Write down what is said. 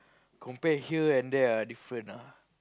compare her and there ah different ah